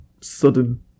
sudden